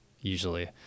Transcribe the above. usually